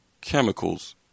chemicals